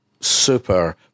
super